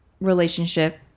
relationship